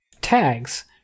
Tags